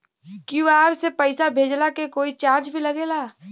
QR से पैसा भेजला के कोई चार्ज भी लागेला?